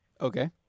Okay